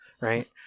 right